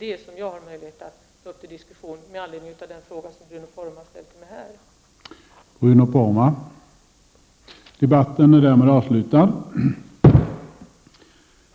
Jag har dock inte möjlighet att ta upp det till diskussion med anledning av den fråga som Bruno Poromaa har ställt till mig.